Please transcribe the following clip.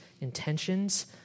intentions